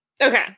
Okay